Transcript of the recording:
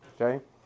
okay